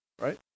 right